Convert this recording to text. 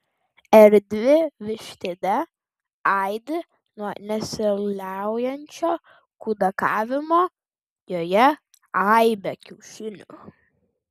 erdvi vištidė aidi nuo nesiliaujančio kudakavimo joje aibė kiaušinių